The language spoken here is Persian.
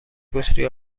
بطری